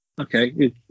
okay